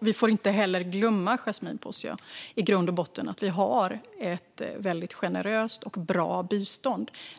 Man får inte heller glömma, Yasmine Posio, att Sverige i grund och botten har ett väldigt generöst och bra bistånd.